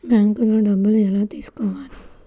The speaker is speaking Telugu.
బ్యాంక్లో డబ్బులు ఎలా తీసుకోవాలి?